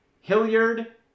Hilliard